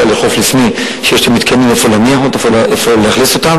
לאכוף לפני שיש מתקנים להעביר אותם.